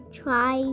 try